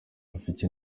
rafiki